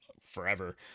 forever